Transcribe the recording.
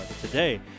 today